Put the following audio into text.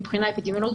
מבחינה אפידמיולוגית,